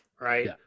right